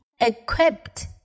equipped